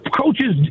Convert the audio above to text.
Coaches